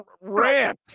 rant